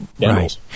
Right